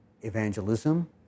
evangelism